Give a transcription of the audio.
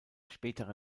spätere